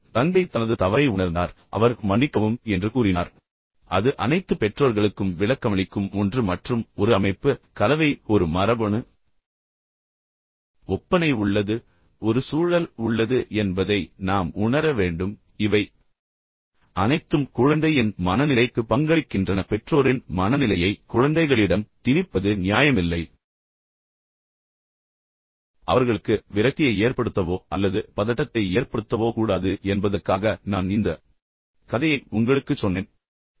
பின்னர் தந்தை தனது தவறை உணர்ந்தார் பின்னர் அவர் மன்னிக்கவும் என்று கூறினார் ஆனால் அது அனைத்து பெற்றோர்களுக்கும் விளக்கமளிக்கும் ஒன்று மற்றும் ஒரு அமைப்பு கலவை ஒரு மரபணு ஒப்பனை உள்ளது ஒரு சூழல் உள்ளது என்பதை நாம் உணர வேண்டும் இவை அனைத்தும் குழந்தையின் மனநிலைக்கு பங்களிக்கின்றன பெற்றோரின் மனநிலையை குழந்தைகளிடம் திணிப்பது நியாயமில்லை பின்னர் அவர்களுக்கு விரக்தியை ஏற்படுத்தவோ அல்லது பதட்டத்தை ஏற்படுத்தவோ கூடாது என்பதற்காக நான் இந்த கதையை உங்களுக்குச் சொன்னேன்